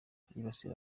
yibasira